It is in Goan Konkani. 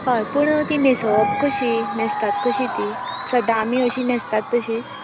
हय पूण ती न्हेसोवप कशीं न्हेसतात कशीं ती सदां आमी अशीं न्हसतात तशींच